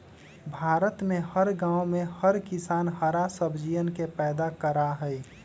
भारत में हर गांव में हर किसान हरा सब्जियन के पैदा करा हई